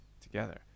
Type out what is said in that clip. together